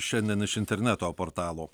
šiandien iš interneto portalų